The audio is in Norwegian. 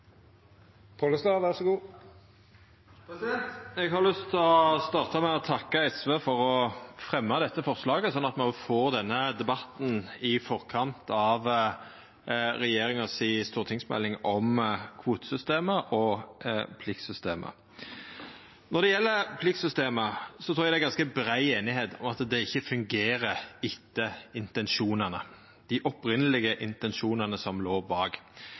Eg har lyst til å starta med å takka SV for å fremja dette forslaget, sånn at me får denne debatten i forkant av regjeringa si stortingsmelding om kvotesystemet og pliktsystemet. Når det gjeld pliktsystemet, trur eg det er ganske brei einigheit om at det ikkje fungerer etter intensjonane – dei opphavlege intensjonane som låg bak.